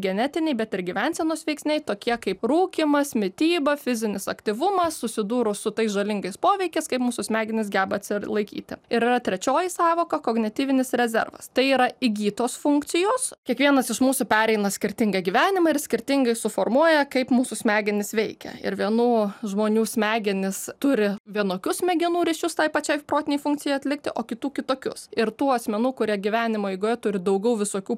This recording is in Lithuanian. genetiniai bet ir gyvensenos veiksniai tokie kaip rūkymas mityba fizinis aktyvumas susidūrus su tais žalingais poveikiais kaip mūsų smegenys geba atsilaikyti ir yra trečioji sąvoka kognityvinis rezervas tai yra įgytos funkcijos kiekvienas iš mūsų pereina skirtingą gyvenimą ir skirtingai suformuoja kaip mūsų smegenys veikia ir vienų žmonių smegenys turi vienokius smegenų ryšius tai pačiai protinei funkcijai atlikti o kitų kitokius ir tų asmenų kurie gyvenimo eigoje turi daugiau visokių